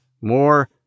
more